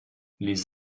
les